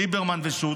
ליברמן ושות'